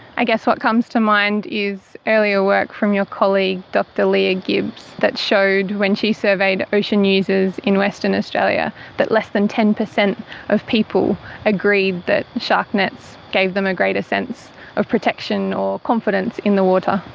i guess what comes to mind is earlier work from your colleague dr leah gibbs that showed when she surveyed ocean users in western australia that less than ten percent of people agreed that shark nets gave them a greater sense of protection or confidence in the water.